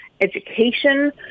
education